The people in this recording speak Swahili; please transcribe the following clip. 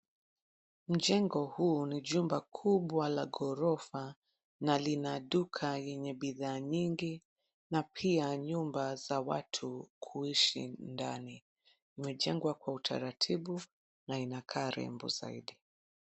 Mjengo huu ni jumba kubwa la ghorofa na lina duka lenye bidhaa nyingi na pia nyumba za watu kuishi ndani. Imejengwa kwa utaratibu na inakaa rembo zaidi.